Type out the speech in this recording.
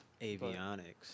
Avionics